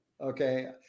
okay